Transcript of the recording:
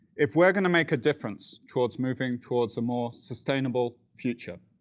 if we're going to make a difference towards moving towards a more sustainable future,